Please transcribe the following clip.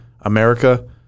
America